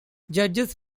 judges